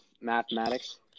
mathematics